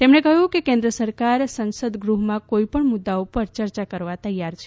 તેમણે કહ્યું કે કેન્દ્ર સરકાર સંસદ ગૃહમાં કોઈ પણ મુદ્દાઓ પર ચર્ચા કરવા તૈયાર છે